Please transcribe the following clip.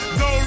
go